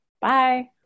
Bye